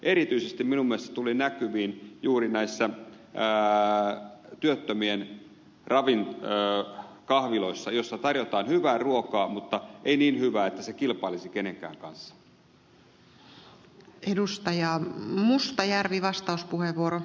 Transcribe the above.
erityisesti minun mielestäni se tuli näkyviin juuri näissä työttömien kahviloissa joissa tarjotaan hyvää ruokaa mutta ei niin hyvää että se kilpailisi kenenkään kanssa